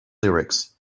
lyrics